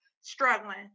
struggling